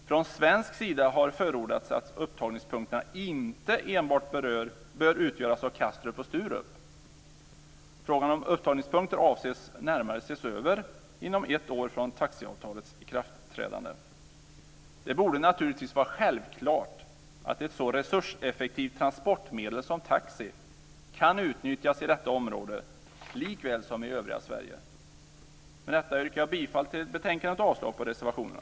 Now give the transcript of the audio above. Från svensk sida har förordats att upptagningspunkterna inte enbart bör utgöras av Kastrup och Sturup. Frågan om upptagningspunkter avses ses över närmare inom ett år från taxiavtalets ikraftträdande. Det borde naturligtvis vara självklart att ett så resurseffektivt transportmedel som taxi kan utnyttjas i detta område likväl som i övriga Sverige. Med detta yrkar jag bifall till hemställan i betänkandet och avslag på reservationerna.